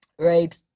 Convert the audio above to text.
Right